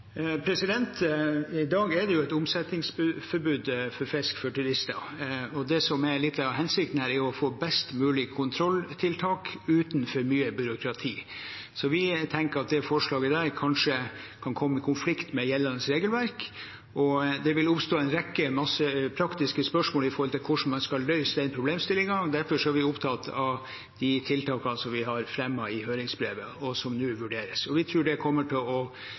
I dag er det jo et omsetningsforbud for fisk for turister, og det som er litt av hensikten her, er å få best mulige kontrolltiltak uten for mye byråkrati. Vi tenker at det forslaget kanskje kan komme i konflikt med gjeldende regelverk, og at det vil oppstå en rekke praktiske spørsmål når det gjelder hvordan man skal løse den problemstillingen. Derfor er vi opptatt av de tiltakene vi har fremmet i høringsbrevet, og som nå vurderes. Istedenfor å utrede ytterligere, tror jeg det vil være gode tiltak å